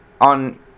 on